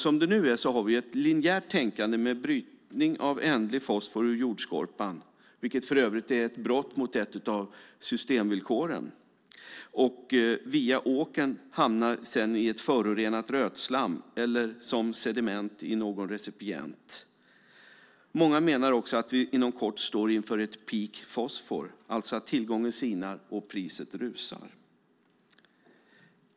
Som det nu är har vi ett linjärt tänkande med brytning av ändlig fosfor ur jordskorpan, vilket för övrigt är ett brott mot ett av systemvillkoren. Via åkern hamnar det sedan i ett förorenat rötslam eller som sediment i någon recipient. Många menar också att vi inom kort står inför ett "peak fosfor", det vill säga att tillgången sinar och priset rusar.